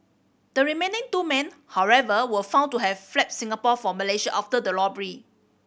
the remaining two men however were found to have fled Singapore for Malaysia after the robbery